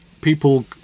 people